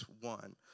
one